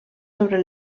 sobre